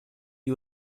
you